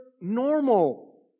normal